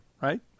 right